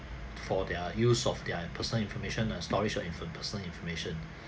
for their use of their personal information and storage of infor~ personal information